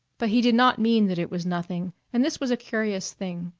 but he did not mean that it was nothing and this was a curious thing.